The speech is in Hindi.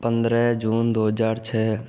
पंद्रह जून दो हज़ार छः